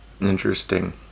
Interesting